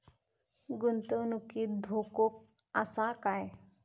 गुंतवणुकीत धोको आसा काय?